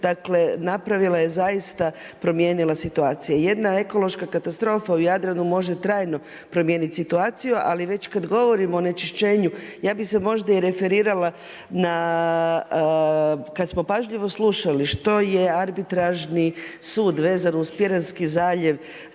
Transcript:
na dnu, dakle zaista je promijenila situaciju. Jedna ekološka katastrofa u Jadranu može trajno promijeniti situaciju, ali kada već govorimo onečišćenju, ja bih se možda referirala na kada smo pažljivo slušali što je Arbitražni sud vezano uz Piranski zaljev